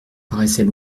paraissait